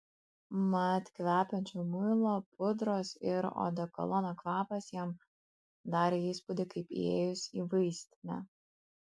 mat kvepiančio muilo pudros ir odekolono kvapas jam darė įspūdį kaip įėjus į vaistinę